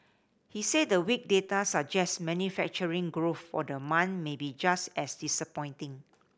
he said the weak data suggest manufacturing growth for the month may be just as disappointing